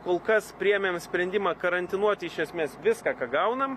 kol kas priėmėm sprendimą karantinuoti iš esmės viską ką gaunam